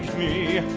me